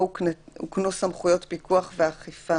או הוקנו סמכויות פיקוח ואכיפה